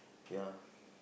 ya